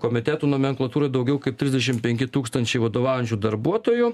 komitetų nomenklatūroj daugiau kaip trisdešim penki tūkstančiai vadovaujančių darbuotojų